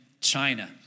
China